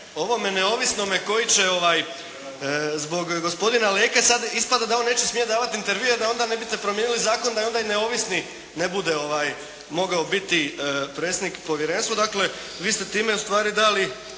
ovome neovisnome koji će zbog gospodina Leke sad ispada da on neće smjeti davati intervjue da onda ne biste promijenili zakon, da onda i neovisni ne bude mogao biti predsjednik povjerenstva. Dakle, vi ste time u stvari dali